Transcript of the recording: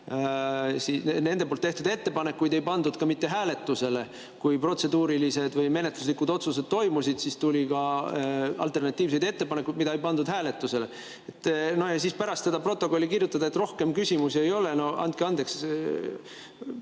nende tehtud ettepanekuid ei pandud ka mitte hääletusele. Kui protseduurilisi või menetluslikke otsuseid [tehti], siis tuli ka alternatiivseid ettepanekuid, mida ei pandud hääletusele. Ja siis pärast seda protokolli kirjutada, et rohkem küsimusi ei ole – no andke andeks!